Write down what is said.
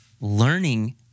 learning